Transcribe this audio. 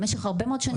במשך הרבה מאוד שנים,